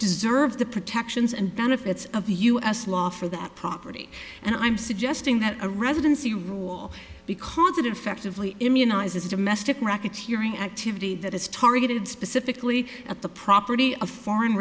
deserve the protections and benefits of the u s law for that property and i'm suggesting that a residency rule because it effectively immunizes domestic racketeering activity that is targeted specifically at the property of foreign